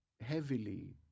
heavily